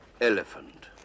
Elephant